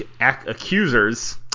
accusers